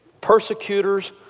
persecutors